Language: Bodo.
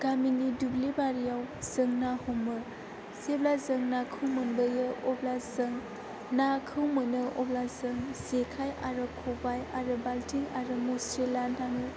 गामिनि दुब्लि बारिआव जों ना हमो जेब्ला जों नाखौ मोनबोयो अब्ला जों नाखौ मोनो अब्ला जों जेखाय आरो खबाय आरो बालथिं आरो मुस्रि लानानै थाङो